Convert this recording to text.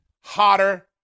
hotter